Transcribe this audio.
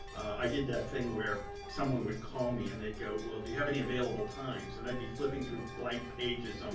i did that thing where someone would call me and they'd go, well, do you have any available times? and i'd be flipping through blank pages um